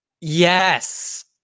Yes